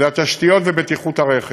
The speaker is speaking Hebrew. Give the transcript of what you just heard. התשתיות ובטיחות הרכב.